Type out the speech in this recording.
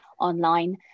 online